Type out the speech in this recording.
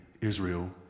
Israel